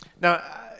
Now